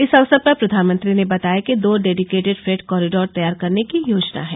इस अवसर पर प्रधानमंत्री ने बताया कि दो डेडिकेटेड फ्रेट कॉरिडोर तैयार करने की योजना है